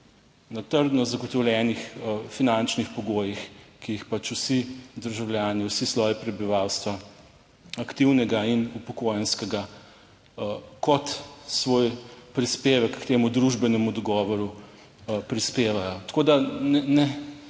na trdno zagotovljenih finančnih pogojih, ki jih pač vsi državljani, vsi sloji prebivalstva, aktivnega in upokojenskega kot svoj prispevek k temu družbenemu dogovoru prispevajo. Tako da ne